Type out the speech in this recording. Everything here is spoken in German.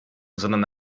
sondern